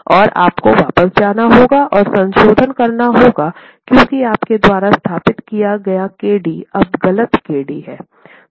और आपको वापस जाना होगा और संशोधन करना होगा क्योंकि आपके द्वारा स्थापित किया गया kd अब गलत kd है